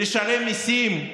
לשלם מיסים,